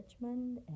Richmond